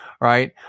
right